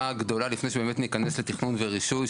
הגדולה לפני שבאמת ניכנס לתכנון ורישוי,